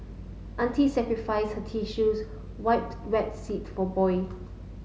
auntie sacrifices her tissue wipe wet seat for boy